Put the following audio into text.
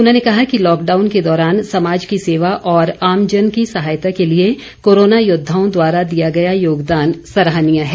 उन्होंने कहा कि लॉकडाउन के दौरान समाज की सेवा और आमजन की सहायता के लिए कोरोना योद्वाओं द्वारा दिया गया योगदान सराहनीय है